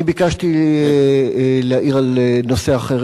אני ביקשתי להעיר על נושא אחר.